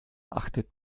achtet